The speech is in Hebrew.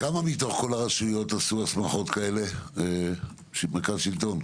מרכז השלטון